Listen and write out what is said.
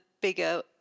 bigger